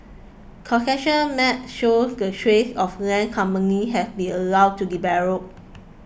concession maps show the tracts of land companies have been allowed to develop